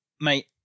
mate